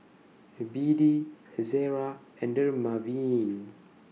B D Ezerra and Dermaveen